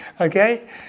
Okay